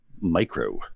Micro